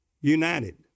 United